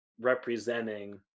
representing